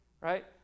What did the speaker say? right